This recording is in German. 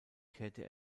kehrte